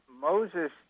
Moses